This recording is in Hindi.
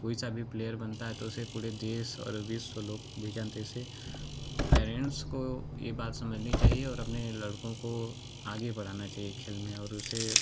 कोई सा भी प्लेयर बनता है तो उसे पूरे देश और विश्व लोक भी जानते है उसे पैरेंट्स को ये बात समझनी चाहिए और अपने लड़कों को आगे बढ़ाना चाहिए खेल में और उसे